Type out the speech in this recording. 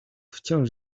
wciąż